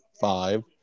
five